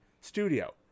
studio